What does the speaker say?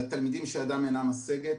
לתלמידים שידם אינה משגת,